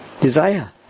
desire